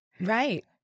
Right